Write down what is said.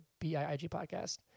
biigpodcast